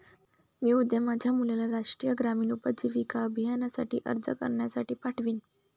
मी उद्या माझ्या मुलाला राष्ट्रीय ग्रामीण उपजीविका अभियानासाठी अर्ज करण्यासाठी पाठवीन